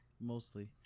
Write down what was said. mostly